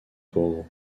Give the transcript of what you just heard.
pauvre